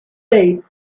days